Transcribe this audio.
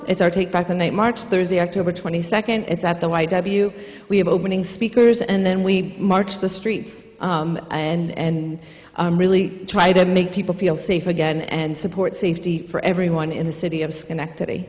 it's our take back the night march thursday october twenty second it's at the y w we have opening speakers and then we march the streets and really try to make people feel safe again and support safety for everyone in the city of schenectady